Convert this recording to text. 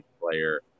player